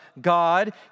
God